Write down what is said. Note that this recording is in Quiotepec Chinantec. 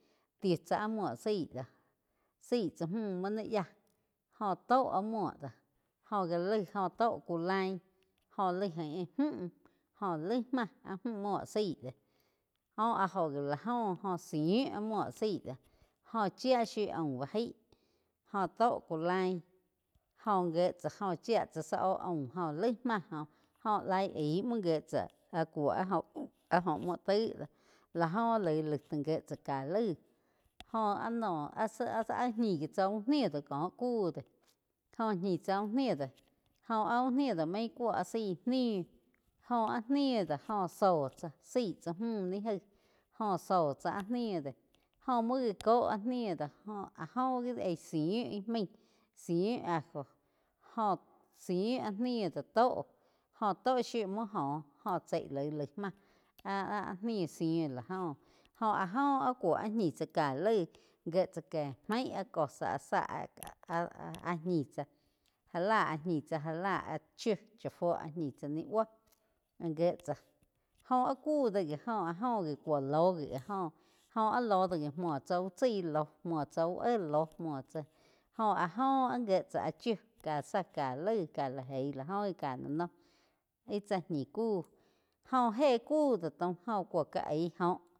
Ti tsá áh múo zaí doh zaí tsá múh múo naí yía jóh tó áh múo do jóh gá laig óh tó ku lain jo laig ain mju jo lai máh áh mju múo zaí doh jó áh joh gi la óh zíu áh múo zaí do jó chía shiu aum bá jaí jóh tó cu lain jóh gie tsá óh chía tsá zá óh aúm jo laig máh joh óh laig aig múo gíe tsá áh cuo áh óho múo taig dóh lah óh laig-laig gíe tsá ká laig doh. Jóh áh sa no ñi gui tsá úh ni do kó kuh de jo ñi tsá ih ni do jóh áh úh ni do maí cúo áh zaí nih jóh áh ni do jo zóh tsá zaíg tsá múh ni gaíh jó zóh tsá áh ni de jóh múo gá có áh ni de áh jo gi jíe zíh íh maih zíh ajo joh zíh áh ni do tóh joh tó shiu múo joh, joh chai laig, laig, mah ah-ah nih sííh la jo óh áh go cúo áh ñih tsá ká laig gíe tsáke maig áh cosa áh záh ah-ah ñi tsá já lá áh ñi tsá já la áh chiu chá fuo áh ñih tsá ni bou áh gie tsá jóh áh kúh do gi óh áh jo gí cuo lóh gi áh goh, goh áh lo do gi múo tsá uh chaí ló muo tsá úh éh loh múo tsá jóh áh joh áh gié tsá áh chiu gá zá ka laig ka lá geih la óh gi ká lá noh íh chá ñiih kúh joh éh kuh do taum joh cúo ká aig óh.